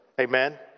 Amen